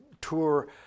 tour